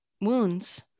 wounds